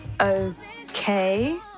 Okay